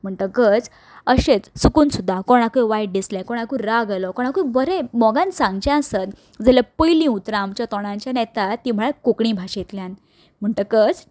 म्हणटकच अशें चुकून सुद्दां कोणाक वायट दिसलें सामको राग आयलो कोणाक बरें मोगान सांगचें आसत जाल्या पयलीं उतर आमच्या तोणांनसान येता ती म्हणल्यार कोंकणी भाशेंतल्यान म्हणटकच